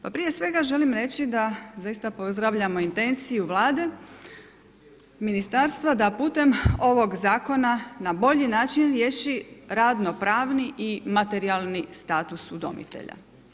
Pa prije svega želim reći da zaista pozdravljamo intenciju Vlade, ministarstva da putem ovog zakona na bolji način riješi radno-pravni i materijalni status udomitelja.